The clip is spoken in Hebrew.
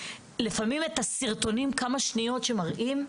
לפעמים את הסרטונים של כמה שניות שמראים,